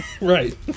right